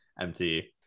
empty